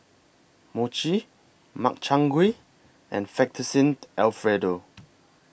Mochi Makchang Gui and Fettuccine Alfredo